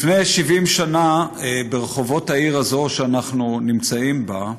לפני 70 שנה, ברחובות העיר הזאת שאנחנו נמצאים בה,